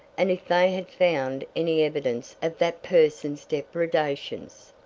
and if they had found any evidence of that person's depradations.